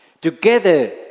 Together